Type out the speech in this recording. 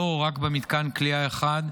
לא רק במתקן כליאה אחד,